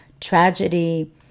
tragedy